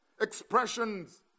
expressions